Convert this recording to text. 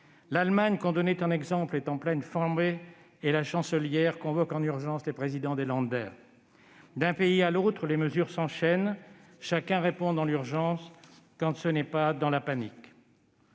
L'Allemagne, que l'on donnait en exemple, est en pleine flambée et la Chancelière convoque en urgence les présidents des. D'un pays à l'autre, les mesures s'enchaînent. Chacun répond dans l'urgence, quand ce n'est pas dans la panique.